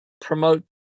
promote